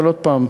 אבל עוד פעם,